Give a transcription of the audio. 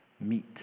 meet